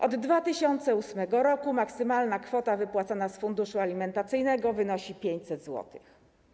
Od 2008 r. maksymalna kwota wypłacana z funduszu alimentacyjnego wynosi 500 zł.